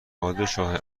پادشاه